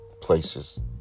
places